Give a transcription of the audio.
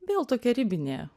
vėl tokia ribinė